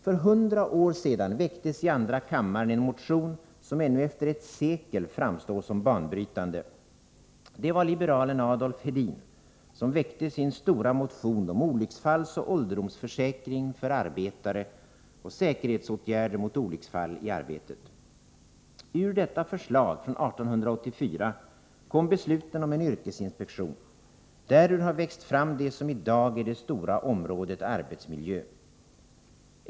För 100 år sedan väcktes i andra kammaren en motion som ännu efter ett sekel framstår som banbrytande. Det var liberalen Adolf Hedin som väckte sin stora motion om olycksfallsoch ålderdomsförsäkring för arbetare och säkerhetsåtgärder mot olycksfall i arbetet. Ur detta förslag från 1884 kom besluten om en yrkesinspektion. Därur har växt fram det som i dag är det stora området arbetsmiljö.